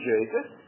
Jesus